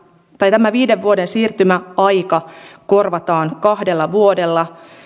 tämä viiden vuoden siirtymäaika korvataan kahdella vuodella